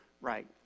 right